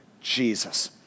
Jesus